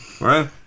right